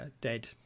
dead